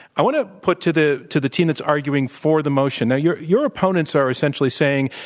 i want to put to the to the team that's arguing for the motion. now, your your opponents are essentially saying,